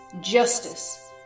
justice